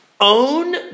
Own